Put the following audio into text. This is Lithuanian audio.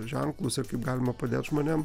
ženklus ir kaip galima padėt žmonėm